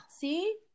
See